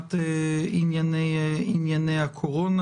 מחמת ענייני הקורונה.